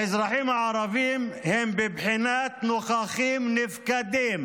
האזרחים הערבים הם בבחינת נוכחים נפקדים.